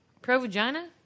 Pro-vagina